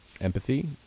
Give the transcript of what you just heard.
empathy